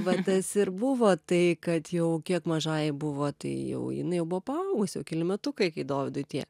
va tas ir buvo tai kad jau kiek mažajai buvo tai jau jinai jau buvo paaugus jau keli metukai kai dovydui tie